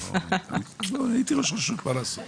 נו הייתי ראש רשות מה לעשות.